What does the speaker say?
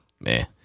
man